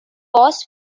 was